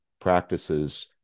practices